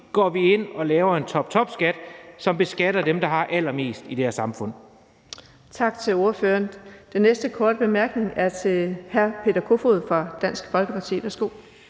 går vi ind og laver en toptopskat, som beskatter dem, der har allermest, i det her samfund Kl. 16:29 Den fg. formand (Birgitte Vind): Den næste korte bemærkning er til hr. Peter Kofod fra Dansk Folkeparti.